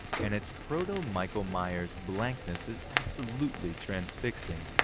and its proto-michael myers blankness is absolutely transfixing,